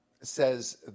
says